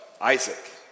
Isaac